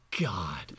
God